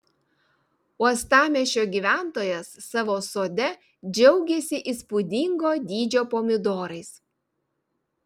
uostamiesčio gyventojas savo sode džiaugiasi įspūdingo dydžio pomidorais